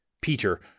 Peter